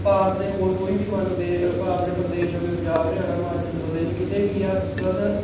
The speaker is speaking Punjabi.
ਭਾਰਤ ਦੇ ਹੋਰ ਕੋਈ ਵੀ ਮੰਨ ਲਓ ਦੇ ਭਾਰਤ ਦੇ ਪ੍ਰਦੇਸ਼ ਹੋ ਗਏ ਪੰਜਾਬ ਹਰਿਆਣਾ ਹਿਮਾਚਲ ਪ੍ਰਦੇਸ਼ ਕਿਤੇ ਵੀ ਹੈ ਬਸ